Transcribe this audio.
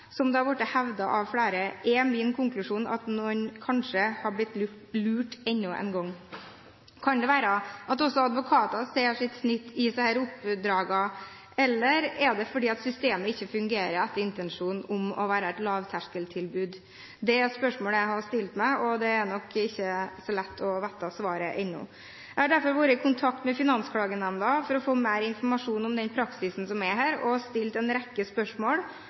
som det har blitt hevdet av flere, er min konklusjon at noen kanskje har blitt lurt enda en gang. Kan det være at også advokater ser sitt snitt til å tjene på disse oppdragene, eller er det fordi systemet ikke fungerer etter intensjonen om å være et lavterskeltilbud? Det er spørsmål jeg har stilt meg. Det er nok ikke så lett å vite svaret ennå. Jeg har derfor vært i kontakt med Finansklagenemnda for å få mer informasjon om den praksisen som er her, og stilt en rekke spørsmål,